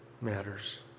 matters